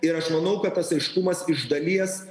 ir aš manau kad tas aiškumas iš dalies